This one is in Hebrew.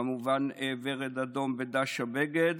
כמובן עם ורד אדום בדש הבגד.